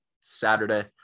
Saturday